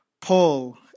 Paul